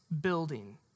building